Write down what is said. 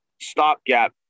stopgap